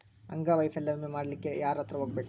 ಅಂಗವೈಫಲ್ಯ ವಿಮೆ ಮಾಡ್ಸ್ಲಿಕ್ಕೆ ಯಾರ್ಹತ್ರ ಹೊಗ್ಬ್ಖು?